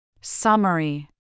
Summary